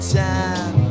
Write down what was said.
time